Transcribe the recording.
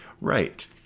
Right